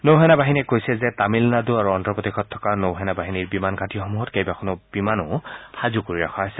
নৌসেনা বাহিনীয়ে কৈছে যে তামিলনাড়ু আৰু অন্ধ্ৰপ্ৰদেশত থকা নৌ সেনা বাহিনীৰ বিমান ঘাটিসমূহত কেইবাখনো বিমানো সাজু কৰি ৰখা হৈছে